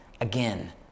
again